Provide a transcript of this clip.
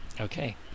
Okay